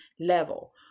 level